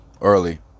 early